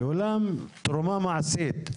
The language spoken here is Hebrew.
ואולם, תרומה מעשית.